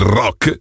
rock